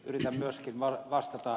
yritän myöskin vastata ed